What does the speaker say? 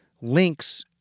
links